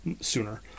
sooner